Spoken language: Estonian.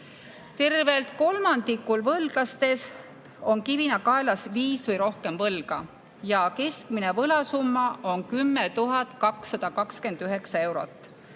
Tervelt kolmandikul võlglastest on kivina kaelas viis või rohkem võlga ja keskmine võlasumma on 10 229 eurot.